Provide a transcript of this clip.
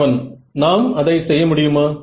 மாணவன் நாம் அதை செய்ய முடியுமா